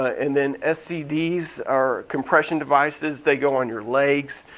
and then scd's are compression devices, they go on your legs.